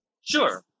Sure